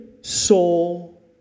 soul